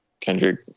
Kendrick